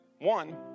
One